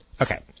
Okay